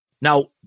Now